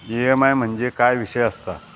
EMI म्हणजे काय विषय आसता?